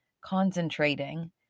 concentrating